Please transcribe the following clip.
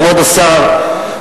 כבוד השר,